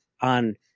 on